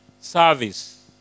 service